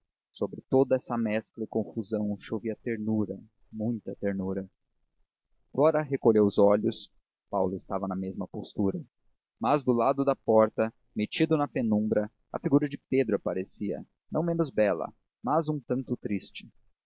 sobre toda essa mescla e confusão chovia ternura muita ternura flora recolheu os olhos paulo estava na mesma postura mas do lado da porta metida na penumbra a figura de pedro aparecia não menos bela mas um tanto triste